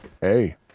Hey